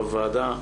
בוועדה,